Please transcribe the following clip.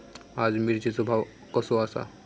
आज मिरचेचो भाव कसो आसा?